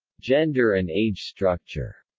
gender and age structure